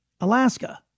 Alaska